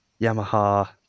Yamaha